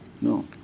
No